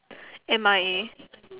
M_I_A